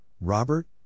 Robert